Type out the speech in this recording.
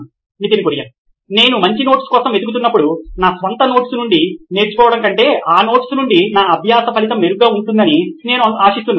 Nitin Kurian COO నోయిన్ electronics నేను మంచి నోట్స్ కోసం వెతుకుతున్నప్పుడు నా స్వంత నోట్స్ నుండి నేర్చుకోవడం కంటే ఆ నోట్స్ నుండి నా అభ్యాస ఫలితం మెరుగ్గా ఉంటుందని నేను ఆశిస్తున్నాను